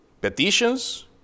Petitions